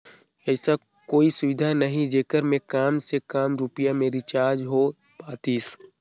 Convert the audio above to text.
ऐसा कोई सुविधा नहीं जेकर मे काम से काम रुपिया मे रिचार्ज हो पातीस?